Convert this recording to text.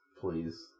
please